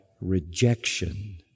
rejection